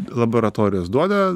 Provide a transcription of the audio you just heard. laboratorijos duoda